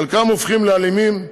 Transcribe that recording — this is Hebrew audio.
חלקם הופכים לאלימים,